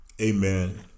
Amen